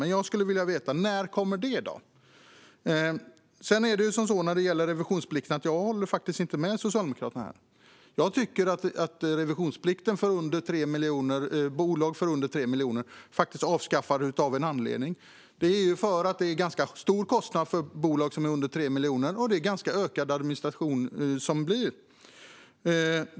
Men jag skulle vilja veta när det kommer. När det gäller revisionsplikten håller jag faktiskt inte med Socialdemokraterna. Revisionsplikten för bolag med en omsättning under 3 miljoner avskaffades av en anledning: Den var en ganska stor kostnad och ledde till ökad administration för dessa bolag.